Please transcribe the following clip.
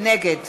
נגד